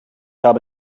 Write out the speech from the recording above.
habe